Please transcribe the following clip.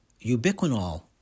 ubiquinol